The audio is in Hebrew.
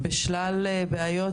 ליעד,